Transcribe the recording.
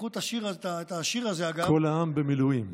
"כל העם במילואים".